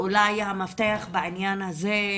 והוא אולי המפתח בעניין הזה,